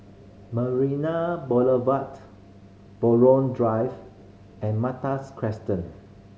Marina Boulevard Buroh Drive and Malta